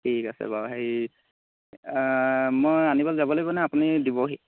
ঠিক আছে বাৰু হেৰি মই আনিবলৈ যাব লাগিবনে আপুনি দিবহি